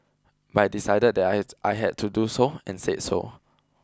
but I decided that I had I had to do so and said so